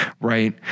Right